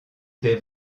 des